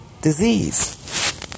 disease